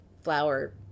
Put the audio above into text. flower